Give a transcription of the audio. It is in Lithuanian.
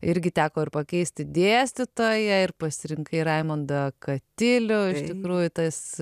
irgi teko ir pakeisti dėstytoją ir pasirinkai raimondą katilių iš tikrųjų tas